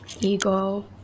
ego